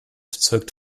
zeugt